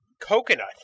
coconut